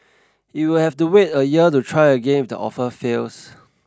it will have to wait a year to try again if the offer fails